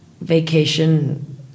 vacation